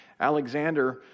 Alexander